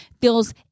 feels